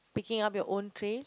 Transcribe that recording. picking up your own trays